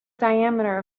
diameter